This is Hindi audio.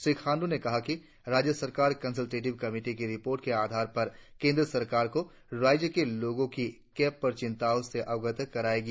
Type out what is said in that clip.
श्री खांडू ने कहा कि राज्य सरकार कंसलटेटिव कमेटी की रिपोर्ट के आधार पर केंद्र सरकार को राज्य के लोगों की कैब पर चिंताओं से अवगत करायेगी